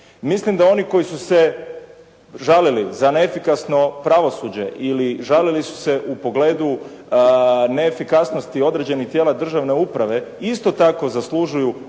Mislim da oni koji su se žalili za neefikasno pravosuđe ili žalili su se u pogledu neefikasnosti određenih tijela državne uprave isto tako zaslužuju